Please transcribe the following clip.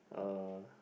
uh